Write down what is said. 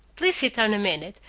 please sit down a minute,